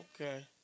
okay